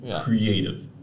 creative